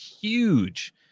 huge